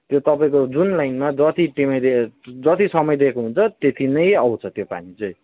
त्यो तपाईँको जुन लाइनमा जति जति समय दिएको हुन्छ त्यति नै आउँछ त्यो पानी चाहिँ